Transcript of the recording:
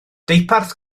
deuparth